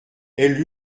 elle